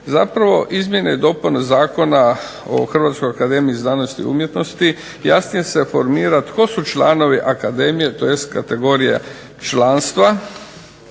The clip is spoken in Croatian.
Zapravo izmjene i dopune Zakona o Hrvatskoj akademiji za znanost i umjetnost jasnije se formira tko su članovi akademije tj. kategorija članstva.